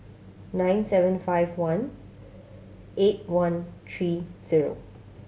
nine seven five one eight one three zero